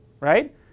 right